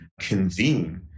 convene